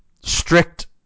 strict